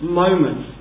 moment